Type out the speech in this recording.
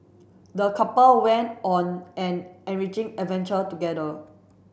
the couple went on an enriching adventure together